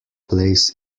plays